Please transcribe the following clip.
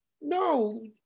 no